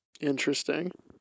Interesting